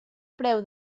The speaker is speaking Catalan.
preu